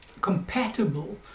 compatible